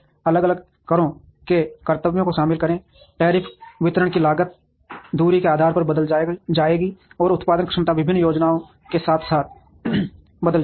अलग अलग करों के कर्तव्यों को शामिल करें टैरिफ वितरण की लागत दूरी के आधार पर बदल जाएगी और उत्पादन क्षमता विभिन्न योजनाओं के साथ बदल जाएगी